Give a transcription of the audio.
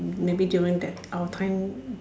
maybe during our time